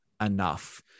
enough